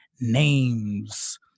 names